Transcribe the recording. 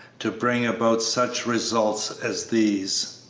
to bring about such results as these.